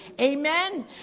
Amen